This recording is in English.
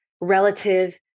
relative